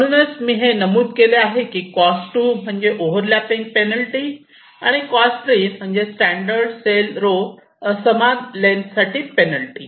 म्हणूनच मी हे नमूद केले आहे की कॉस्ट 2 म्हणजे ओव्हर लॅपिंग पेनल्टी आणि कॉस्ट 3 म्हणजे स्टँडर्ड सेल रो असमान लेन्थ साठी पेनल्टी